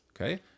okay